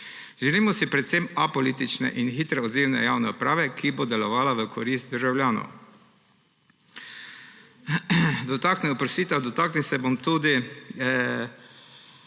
Želimo si predvsem apolitične in hitro odzivne javne uprave, ki bo delovala v korist državljanov. Dotaknil se bom tudi